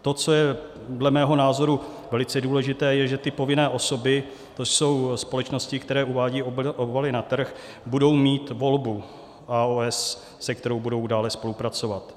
To, co je dle mého názoru velice důležité, je, že ty povinné osoby, to jsou společnosti, které uvádějí obaly na trh, budou mít volbu AOS, se kterou budou dále spolupracovat.